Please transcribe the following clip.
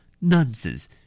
Nonsense